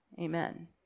Amen